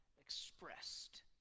expressed